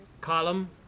Column